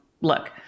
look